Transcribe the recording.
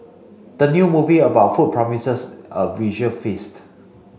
the new movie about food promises a visual feast